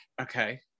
okay